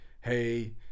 Hey